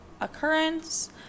occurrence